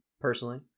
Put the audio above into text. personally